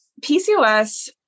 PCOS